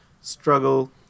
struggle